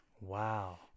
Wow